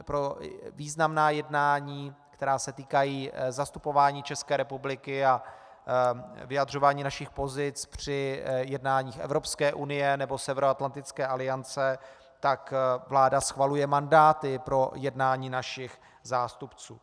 Pro významná jednání, která se týkají zastupování České republiky a vyjadřování našich pozic při jednáních Evropské unie nebo Severoatlantické aliance, vláda schvaluje mandáty pro jednání našich zástupců.